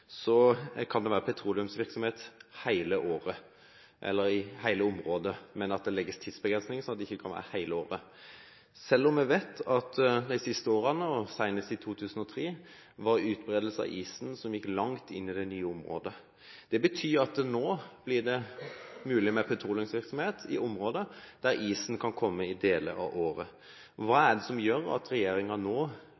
kan det være petroleumsvirksomhet i hele området, men at det legges tidsbegrensninger slik at det ikke kan være hele året. Vi vet at det de siste årene – senest i 2003 – var en utbredelse av isen som gikk langt inn i det nye området. Det betyr at nå blir det mulig med petroleumsvirksomhet i områder der isen kan komme deler av året. Hva